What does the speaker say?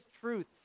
truth